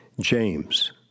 James